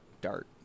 dart